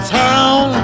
town